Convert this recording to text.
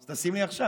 אז תשים לי עכשיו.